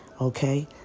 Okay